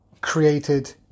created